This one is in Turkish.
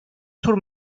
tur